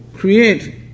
create